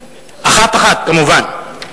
אחת-אחת, כמובן.